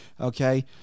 okay